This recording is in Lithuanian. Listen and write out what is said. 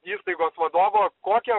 įstaigos vadovo kokia